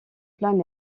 plein